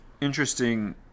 Interesting